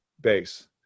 base